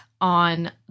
on